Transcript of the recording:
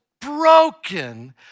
broken